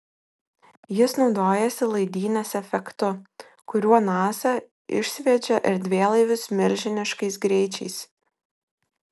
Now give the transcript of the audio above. jis naudojasi laidynės efektu kuriuo nasa išsviedžia erdvėlaivius milžiniškais greičiais